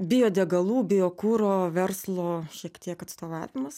biodegalų biokuro verslo šiek tiek atstovavimas